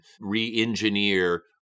re-engineer